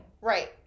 Right